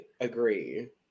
agree